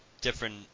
different